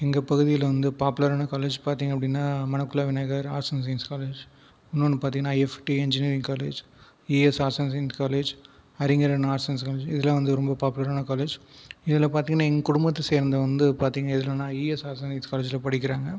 எங்கள் பகுதியில் வந்து பாப்புலரான காலேஜ் பார்த்தீங்க அப்படினா Manakula Vinayagar arts and science college இன்னொன்று பார்த்தீங்கனா IFET engineering college ES arts and science college Arignar Anna arts and science இதெல்லாம் வந்து ரொம்ப பாப்புலரான காலேஜ் இதில் பார்த்தீங்கனா என் குடும்பத்தை சேர்ந்த வந்து பார்த்தீங்க இதுலேனா இஎஸ் ஆர்ட்ஸ் அண்ட் சைன்ஸ் காலேஜ்ஜில் படிக்கிறாங்க